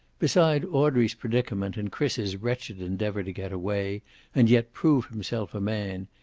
beside audrey's predicament and chris's wretched endeavor to get away and yet prove himself a man,